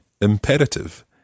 imperative